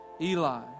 Eli